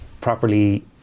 properly